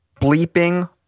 bleeping